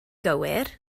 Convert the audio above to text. gywir